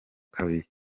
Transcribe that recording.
kabiri